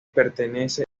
pertenece